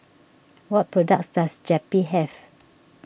what products does Zappy have